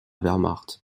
wehrmacht